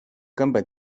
根本